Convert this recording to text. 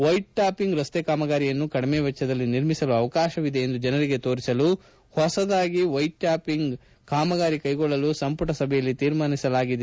white topping ರಸ್ತೆ ಕಾಮಗಾರಿಯನ್ನು ಕಡಿಮೆ ವೆಚ್ಚದಲ್ಲಿ ನಿರ್ಮಿಸಲು ಅವಕಾಶವಿದೆ ಎಂದು ಜನರಿಗೆ ತೋರಿಸಲು ಹೊಸದಾಗಿ ವೈಟ್ ಟ್ಯಾಪಿಂಗ್ ಕಾಮಗಾರಿ ಕೈಗೊಳ್ಳಲು ಸಂಪುಟ ಸಭೆಯಲ್ಲಿ ತೀರ್ಮಾನಿಸಲಾಗಿದೆ